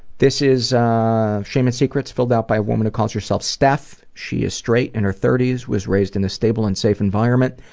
this is shame and secrets filled out by a woman who calls herself steph. she is straight, in her thirty s, was raised in a stable and safe environment,